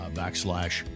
backslash